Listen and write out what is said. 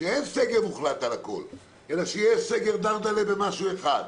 שאין סגר מוחלט על הכול אלא שיהיה סגר דרדלה במשהו אחד,